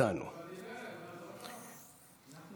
יש לו